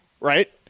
right